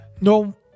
No